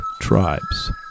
tribes